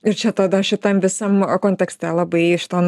ir čia tada šitam visam kontekste labai šitą